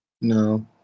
No